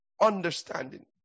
understanding